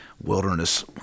wilderness